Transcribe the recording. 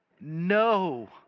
no